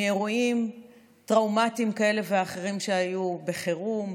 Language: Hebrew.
מאירועים טראומטיים כאלה ואחרים שהיו בחירום,